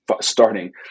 starting